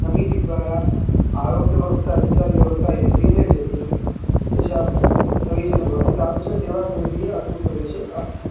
समितिद्वारा आरोग्यव्यवस्था इत्यादिव्यवस्था यदि क्रियते चेत् तेषां समीचीनं भवति तादृशसेवासमितिः अस्मत्प्रदेशे अस्ति